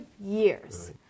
years